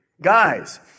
Guys